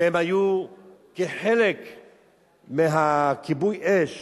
שהם היו חלק מכיבוי האש